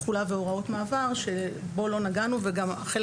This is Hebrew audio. תחולה והוראות מעבר שבו לא נגענו והחלק